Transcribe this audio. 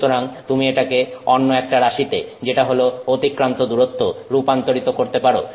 সুতরাং তুমি এটাকে অন্য একটা রাশিতে যেটা হলো অতিক্রান্ত দূরত্ব রূপান্তরিত করতে পারো